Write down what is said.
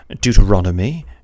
Deuteronomy